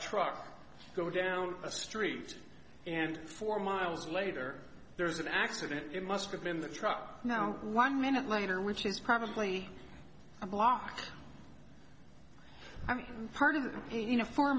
truck go down a street and four miles later there's an accident it must have been the truck now one minute later which is probably blocked i mean part of the you know four